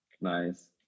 Nice